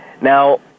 Now